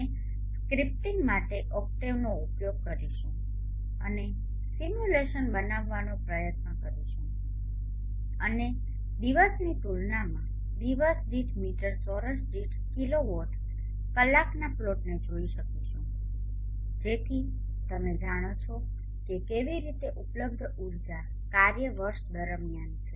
અમે સ્ક્રિપ્ટીંગ માટે ઓક્ટેવનો ઉપયોગ કરીશું અને સિમ્યુલેશન ચલાવવાનો પ્રયત્ન કરીશું અને દિવસની તુલનામાં દિવસ દીઠ મીટર ચોરસ દીઠ કિલોવોટ કલાકના પ્લોટને જોઈ શકીશું જેથી તમે જાણો છો કે કેવી રીતે ઉપલબ્ધ ઉર્જા કાર્ય વર્ષ દરમિયાન છે